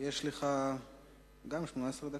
גם לך יש 18 דקות.